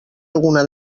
alguna